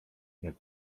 jak